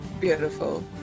Beautiful